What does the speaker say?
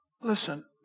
listen